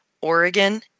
Oregon